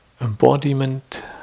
embodiment